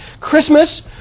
Christmas